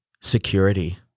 security